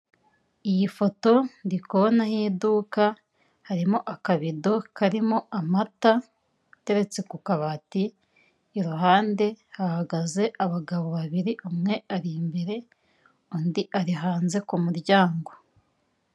Iyi foto ndi kubonaho iduka, harimo akabido karimo amata ateretse ku kabati, iruhande hahagaze abagabo babiri, umwe ari imbere, undi ari hanze ku muryango.